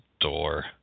Door